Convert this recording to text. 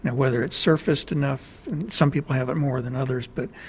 whether it's surfaced enough, some people have it more than others, but